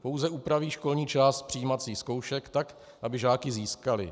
Pouze upraví školní část přijímacích zkoušek tak, aby žáky získaly.